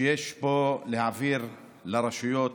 שיש בו העברת כסף לרשויות,